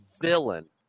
villain